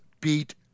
beat